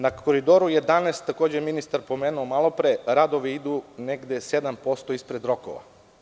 Na Koridoru 11, takođe je ministar pomenuo malopre, radovi idu negde 7% ispred rokova.